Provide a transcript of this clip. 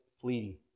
fleeting